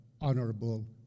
honorable